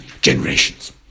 generations